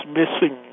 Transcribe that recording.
missing